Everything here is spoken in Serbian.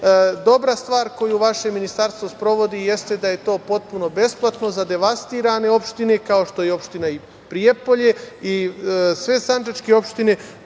dobra stvar koju vaše ministarstvo sprovodi, jeste da je to potpuno besplatno za devastirane opštine kao što je opština Prijepolje i sve sandžačke opštine.